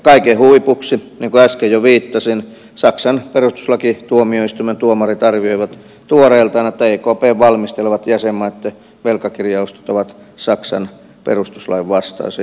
kaiken huipuksi niin kuin äsken jo viittasin saksan perustuslakituomioistuimen tuomarit arvioivat tuoreeltaan että ekpn valmistelemat jäsenmaitten velkakirjaostot ovat saksan perustuslain vastaisia